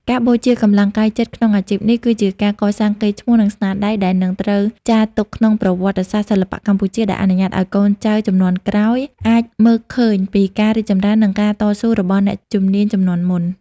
ការបូជាកម្លាំងកាយចិត្តក្នុងអាជីពនេះ គឺជាការកសាងកេរ្តិ៍ឈ្មោះ និងស្នាដៃដែលនឹងត្រូវចារទុកក្នុងប្រវត្តិសាស្ត្រសិល្បៈកម្ពុជា ដែលអនុញ្ញាតឱ្យកូនចៅជំនាន់ក្រោយអាចមើលឃើញពីការរីកចម្រើន និងការតស៊ូរបស់អ្នកជំនាញជំនាន់មុន។